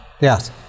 Yes